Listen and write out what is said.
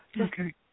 Okay